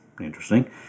interesting